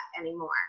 anymore